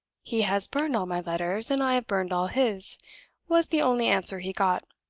he has burned all my letters, and i have burned all his was the only answer he got.